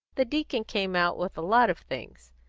the deacon came out with a lot of things.